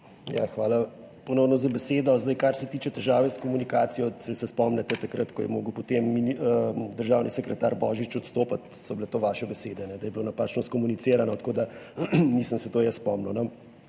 Hvala ponovno za besedo. Kar se tiče težave s komunikacijo, saj se spomnite – takrat, ko je moral potem državni sekretar Božič odstopiti, so bile to vaše besede, da je bilo napačno skomunicirano. Tako da se nisem jaz tega spomnil.